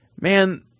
man